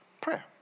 Prayer